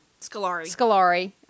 Scalari